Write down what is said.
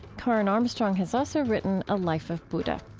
karen armstrong has also written a life of buddha.